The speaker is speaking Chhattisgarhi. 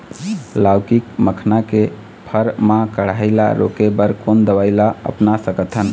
लाउकी मखना के फर मा कढ़ाई ला रोके बर कोन दवई ला अपना सकथन?